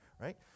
right